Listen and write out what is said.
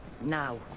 Now